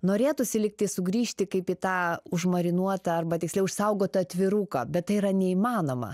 norėtųsi lyg tai sugrįžti kaip į tą užmarinuotą arba tiksliau išsaugotą atviruką bet tai yra neįmanoma